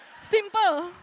Simple